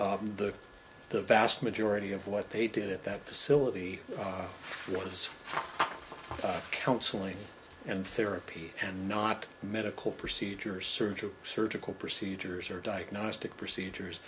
the the vast majority of what they did at that facility was counseling and therapy and not medical procedures surgery surgical procedures or diagnostic procedures